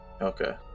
Okay